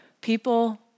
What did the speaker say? people